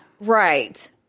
Right